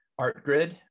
Artgrid